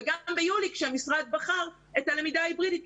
וגם ביולי כשהמשרד בחר את הלמידה ההיברידית,